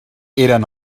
eren